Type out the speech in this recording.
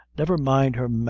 never mind her,